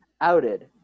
outed